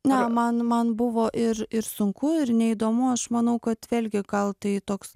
na man man buvo ir ir sunku ir neįdomu aš manau kad vėlgi gal tai toks